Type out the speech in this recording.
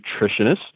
nutritionist